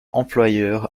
employeur